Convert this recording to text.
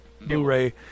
Blu-ray